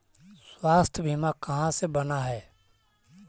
स्वास्थ्य बीमा कहा से बना है?